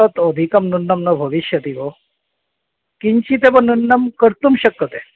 तत् अधिकं न न न भविष्यति भोः किञ्चिदेव न्यूनं कर्तुं शक्यते